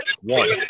one